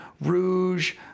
Rouge